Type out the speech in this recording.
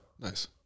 Nice